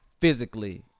physically